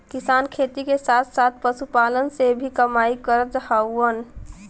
किसान खेती के साथ साथ पशुपालन से भी कमाई करत हउवन